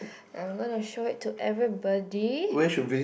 I'm going to show it to everybody